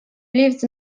leaves